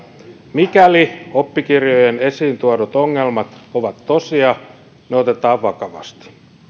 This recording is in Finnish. mikäli oppikirjojen esiin tuodut ongelmat ovat tosia ne otetaan vakavasti